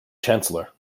chancellor